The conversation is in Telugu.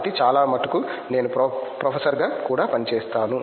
కాబట్టి చాలా మటుకు నేను ప్రొఫెసర్గా కూడా పని చేస్తాను